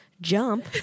jump